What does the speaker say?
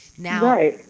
Now